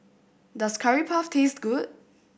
does Curry Puff taste good